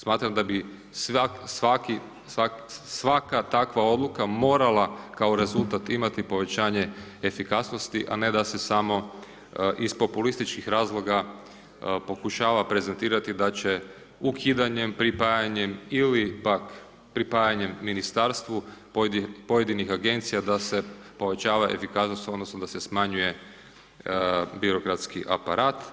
Smatram da bi svaka takva odluka morala kao rezultat imati povećanje efikasnosti a ne da se samo iz populističkih razloga pokušava prezentirati da će ukidanjem, pripajanjem, ili pak pripajanjem ministarstvu pojedinih agencija da se povećava efikasnost, odnosno da se smanjuje birokratski aparat.